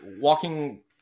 walking